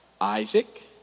Isaac